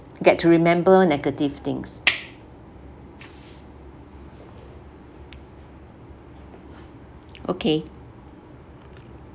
get to remember negative things okay